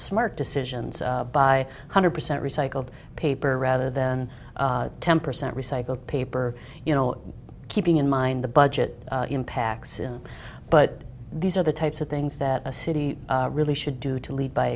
smart decisions by one hundred percent recycled paper rather than ten percent recycled paper you know keeping in mind the budget impacts but these are the types of things that a city really should do to lead by